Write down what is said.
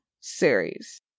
series